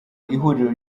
ihuriro